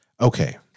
Okay